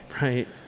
Right